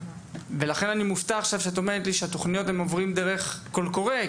ולכן אני מופתע עכשיו שאת אומרת לי שהתוכניות עוברים דרך קול קורא,